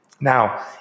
Now